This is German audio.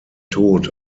tod